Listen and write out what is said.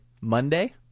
Monday